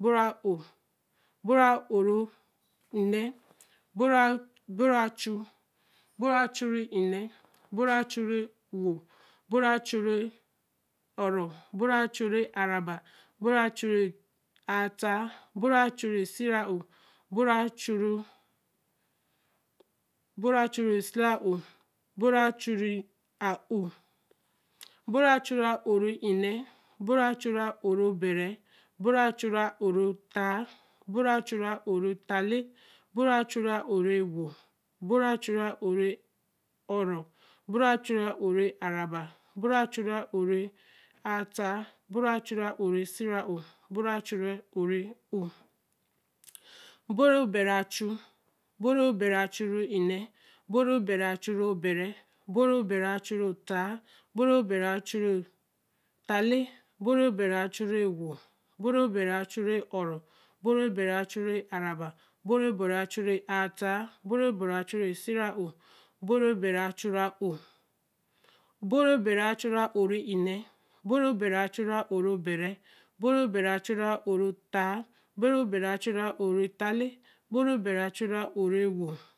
obo ree ō obo ree ō re nne obo ree a-chuu obo ree achuu re nne obo ree a-chuu re e-wo obo ree a-chuu re o-ro obo ree a-chuu re aa ra ba obo ree a-chuu re aa haa obo ree a-chuu re sie ra ō obo ree a-chuu re a-o obo ree a-chuu re nne obo ree a-chuu re bere obo ree a-chuu re haa obo ree a-chuu re haa lee obo ree a-chuu re e wo obo ree a-chuu re ō ro obo ree a-chuu re aa ra ba obo ree a-chuu re aa haa obo ree a-chuu re sie ra ba obo ree a-chuu re ō ree ō obo ree bere a-chuu obo ree bere a-chuu re bere obo ree bere a-chuu re haa obo ree bere a-chuu haa lee obo ree bere a-chuu re e-wo obo ree bere a-chuu re ō-ro obo ree bere a-chuu re aa ra ba obo ree bere a-chuu re aa haa obo ree bere a-chuu re aa haa obo ree bere a-chuu re sie ra ō obo ree bere a-chuu re ō obo ree bere a-chuu re ō re nne obo ree bere a-chuu re ō re bere obo ree bere a-chuu re ō haa obo ree bere a-chuu re ō re haa lee obo ree bere a-chuu re ō re e-wo